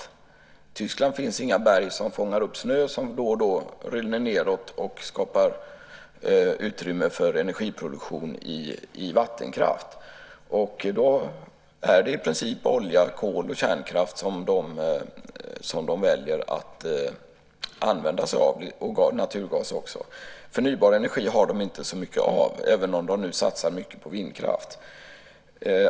I Tyskland finns inga berg som fångar upp snö som då och då rinner nedåt och skapar utrymme för energiproduktion i vattenkraft. Då är det i princip olja, kol och kärnkraft som de väljer att använda sig av, och naturgas också. Förnybar energi har de inte så mycket av, även om de nu satsar mycket på vindkraft.